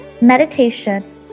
meditation